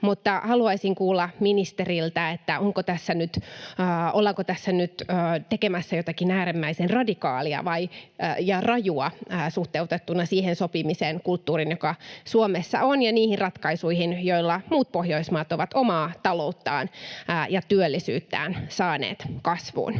haluaisin kuulla ministeriltä: ollaanko tässä nyt tekemässä jotakin äärimmäisen radikaalia ja rajua suhteutettuna siihen sopimisen kulttuuriin, joka Suomessa on, ja niihin ratkaisuihin, joilla muut Pohjoismaat ovat omaa talouttaan ja työllisyyttään saaneet kasvuun?